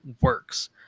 works